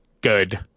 good